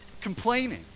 complaining